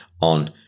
on